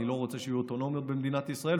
אני לא רוצה שיהיו אוטונומיות במדינת ישראל,